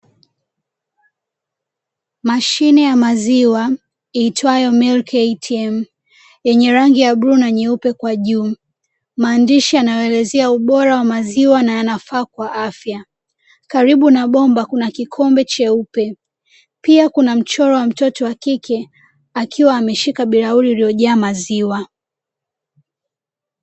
Mashine ya maziwa iitwayo Milk ATM yenye rangi ya bluu na nyeupe kwa juu, maandishi yanayoelezea ubora wa maziwa na yanafaa kwa afya. Karibu na bomba kuna kikombe cheupe pia kuna mchoro wa mtoto wa kike akiwa ameshika bilauri iliyojaa maziwa.